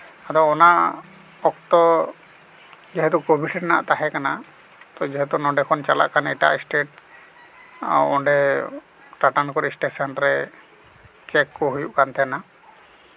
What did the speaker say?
ᱟᱫᱚ ᱚᱱᱟ ᱚᱠᱛᱚ ᱡᱮᱦᱮᱛᱩ ᱠᱳᱵᱷᱤᱰ ᱨᱮᱱᱟᱜ ᱛᱟᱦᱮᱸ ᱠᱟᱱᱟ ᱛᱚ ᱡᱚᱛᱚ ᱱᱚᱰᱮ ᱠᱷᱚᱱ ᱪᱟᱞᱟᱜ ᱠᱷᱟᱱ ᱮᱴᱟᱜ ᱮᱥᱴᱮᱴ ᱟᱨ ᱚᱸᱰᱮ ᱴᱟᱴᱟᱱᱚᱜᱚᱨ ᱮᱥᱴᱮᱥᱮᱱ ᱨᱮ ᱪᱮᱠ ᱠᱚ ᱦᱩᱭᱩᱜ ᱠᱟᱱ ᱛᱟᱦᱮᱱᱟ